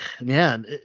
man